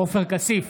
עופר כסיף,